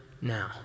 now